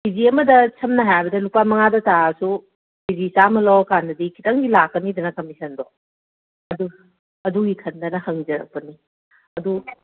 ꯀꯩꯖꯤ ꯑꯃꯗ ꯁꯝꯅ ꯍꯥꯏꯔꯕꯗ ꯂꯨꯄꯥ ꯃꯉꯥꯗ ꯇꯥꯔꯕꯁꯨ ꯀꯤꯖꯤ ꯆꯥꯝꯃ ꯂꯧꯔꯛꯀꯥꯟꯗꯗꯤ ꯈꯤꯇꯪꯗꯤ ꯂꯥꯛꯀꯅꯤꯗꯅ ꯀꯝꯃꯤꯁꯟꯗꯣ ꯑꯗꯨ ꯑꯗꯨꯒꯤ ꯈꯟꯗꯅ ꯍꯪꯖꯔꯛꯄꯅꯤ ꯑꯗꯨ